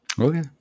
Okay